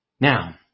Now